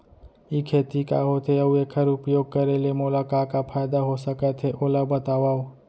ई खेती का होथे, अऊ एखर उपयोग करे ले मोला का का फायदा हो सकत हे ओला बतावव?